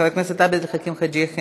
חבר הכנסת עבד אל חכים חאג' יחיא,